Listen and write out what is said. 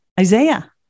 Isaiah